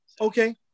Okay